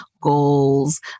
goals